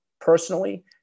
personally